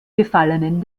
gefallenen